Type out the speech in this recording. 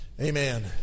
amen